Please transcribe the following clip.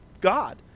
God